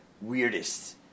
Weirdest